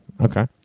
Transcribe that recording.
Okay